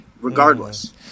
Regardless